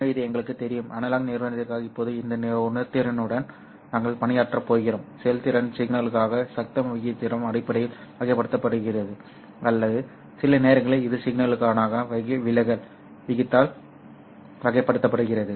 எனவே இது எங்களுக்குத் தெரியும் அனலாக் நிறுவனத்திற்காக இப்போது இந்த உணர்திறனுடன் நாங்கள் பணியாற்றப் போகிறோம் செயல்திறன் சிக்னலுக்கான சத்தம் விகிதத்தின் அடிப்படையில் வகைப்படுத்தப்படுகிறது அல்லது சில நேரங்களில் இது சிக்னலுக்கான விலகல் விகிதத்தால் வகைப்படுத்தப்படுகிறது